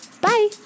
Bye